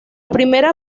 primera